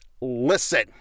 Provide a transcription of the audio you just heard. listen